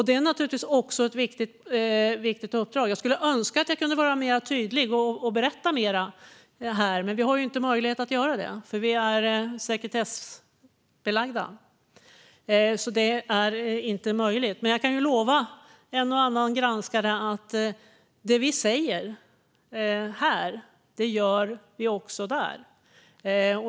Det är naturligtvis också ett viktigt uppdrag. Jag önskar att jag kunde vara tydligare och berätta mer här. Vi har inte möjlighet att göra det eftersom det är sekretessbelagt. Men jag kan lova en och annan granskare att det vi säger här, det säger vi också där.